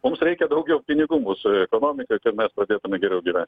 mums reikia daugiau pinigų mūsų ekonomikai kad mes pradėtume geriau gyvent